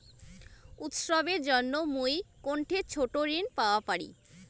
উৎসবের জন্য মুই কোনঠে ছোট ঋণ পাওয়া পারি?